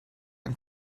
ein